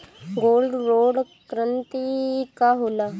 Gold bond करतिं का होला?